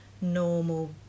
normal